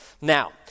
Now